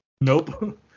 nope